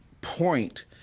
point